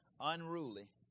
unruly